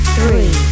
Three